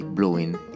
Blowing